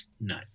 No